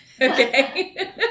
Okay